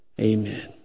Amen